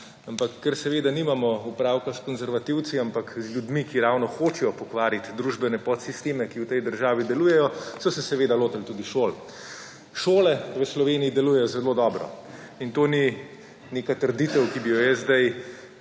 Ampak, ker seveda nimamo opravka s konservativci, temveč z ljudmi, ki ravno hočejo pokvariti družbene podsisteme, ki v tej državi delujejo, so se seveda lotili tudi šol. Šole v Sloveniji delujejo zelo dobro, in to ni neka trditev, ki bi jo jaz zdaj